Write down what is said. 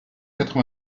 quatre